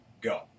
Go